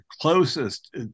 closest